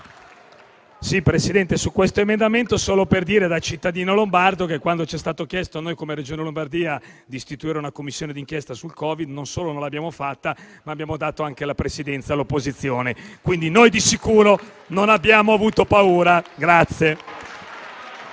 intervengo su questo emendamento solo per dire, da cittadino lombardo, che quando ci è stato chiesto, come Regione Lombardia, di istituire una commissione d'inchiesta sul Covid, non solo l'abbiamo fatta, ma abbiamo dato anche la Presidenza all'opposizione. Quindi noi di sicuro non abbiamo avuto paura.